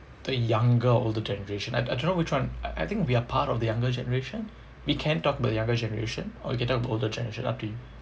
the younger or older generation I I don't know which [one] I think we are part of the younger generation we can talk about the younger generation or we can talk about the older generation up to you